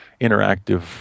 interactive